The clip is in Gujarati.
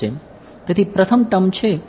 તેથી પ્રથમ ટર્મ છે જે હું આ લખી શકું છું